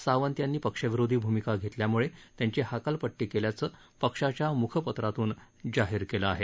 सावंत यांनी पक्षविरोधी भूमिका घेतल्यामुळे त्यांची हकालपट्टी केल्याचं पक्षाच्या मुखपत्रातून जाहीर केलं आहे